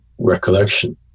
recollection